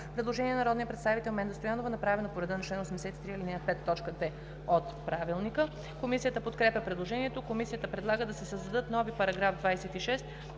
Предложение на народния представител Менда Стоянова, направено по реда на чл. 83, ал. 5, т. 2 от Правилника. Комисията подкрепя предложението. Комисията предлага да се създадат нови параграфи 26